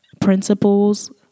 principles